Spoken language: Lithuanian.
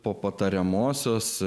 po patariamosios